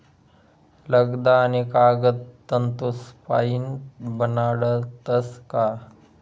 लगदा आणि कागद तंतूसपाईन बनाडतस का